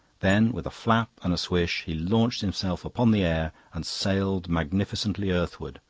then with a flap and swish he launched himself upon the air and sailed magnificently earthward,